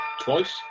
Twice